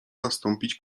zastąpić